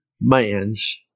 man's